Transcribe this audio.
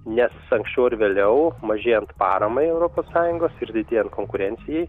nes anksčiau ar vėliau mažėjant paramai europos sąjungos ir didėjant konkurencijai